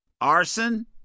arson